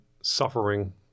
suffering